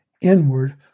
inward